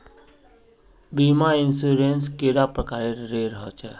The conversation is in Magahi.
बीमा इंश्योरेंस कैडा प्रकारेर रेर होचे